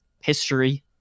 history